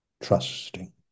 trusting